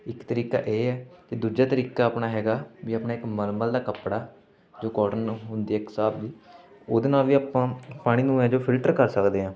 ਇੱਕ ਤਰੀਕਾ ਇਹ ਹੈ ਅਤੇ ਦੂਜਾ ਤਰੀਕਾ ਆਪਣਾ ਹੈਗਾ ਵੀ ਆਪਣਾ ਇੱਕ ਮਲਮਲ ਦਾ ਕੱਪੜਾ ਜੋ ਕੋਟਨ ਹੁੰਦੀ ਇੱਕ ਸਾਫ਼ ਜਿਹੀ ਉਹਦੇ ਨਾਲ ਵੀ ਆਪਾਂ ਪਾਣੀ ਨੂੰ ਹੈ ਜੋ ਫਿਲਟਰ ਕਰ ਸਕਦੇ ਹਾਂ